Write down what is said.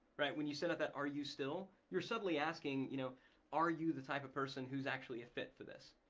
when you set up that, are you still, you're subtly asking you know are you the type of person who's actually a fit for this.